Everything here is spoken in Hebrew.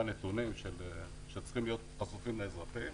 "נתונים שצריכים להיות חשופים לאזרחים",